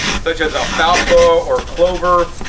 such as alfalfa or clover,